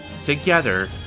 Together